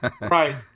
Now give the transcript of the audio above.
Right